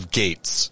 gates